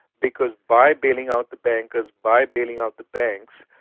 because by bailing out the bankers, by bailing out the banks,